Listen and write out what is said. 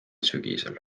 sügisel